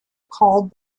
called